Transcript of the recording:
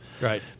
Right